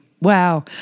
Wow